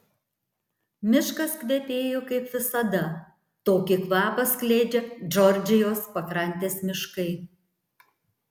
miškas kvepėjo kaip visada tokį kvapą skleidžia džordžijos pakrantės miškai